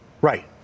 Right